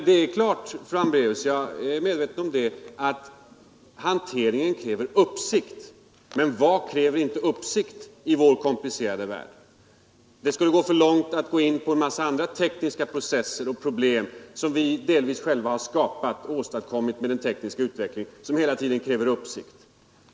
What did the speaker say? Det är klart, fru Hambraeus — jag är medveten om det — att hanteringen kräver uppsikt, men vad kräver inte uppsikt i vår komplicerade värld? Det skulle leda för långt att gå in på en massa andra problem, som vi delvis själva har skapat genom den tekniska utvecklingen, och som hela tiden kräver uppsikt.